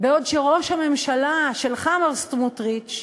בעוד ראש הממשלה שלך, מר סמוטריץ,